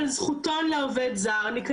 אני כותבת עכשיו באנגלית זכותון?